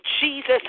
Jesus